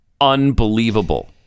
unbelievable